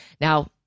Now